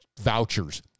vouchers